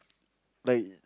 like